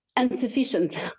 insufficient